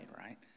Right